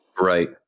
Right